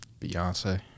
Beyonce